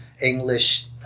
English